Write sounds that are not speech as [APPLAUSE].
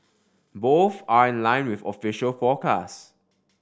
both are in line with official [UNINTELLIGIBLE]